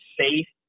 safe